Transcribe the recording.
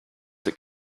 that